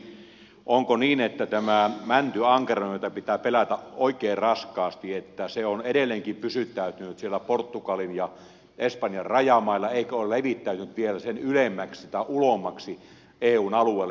ensinnäkin onko niin että tämä mäntyankeroinen jota pitää pelätä oikein raskaasti on edelleenkin pysyttäytynyt siellä portugalin ja espanjan rajamailla eikä ole levittäytynyt vielä sen ylemmäksi tai ulommaksi eun alueella